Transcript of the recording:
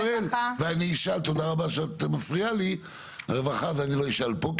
על הרווחה אני לא אשאל פה,